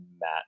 Matt